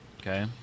Okay